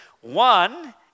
One